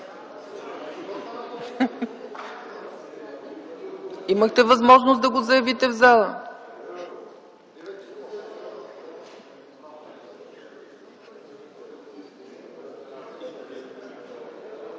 Имахте възможност да го заявите в залата.